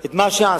את מה שעשה,